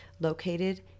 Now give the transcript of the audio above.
located